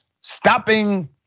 stopping